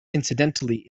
incidentally